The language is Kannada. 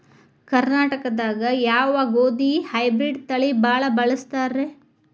ಕರ್ನಾಟಕದಾಗ ಯಾವ ಗೋಧಿ ಹೈಬ್ರಿಡ್ ತಳಿ ಭಾಳ ಬಳಸ್ತಾರ ರೇ?